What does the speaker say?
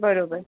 बरोबर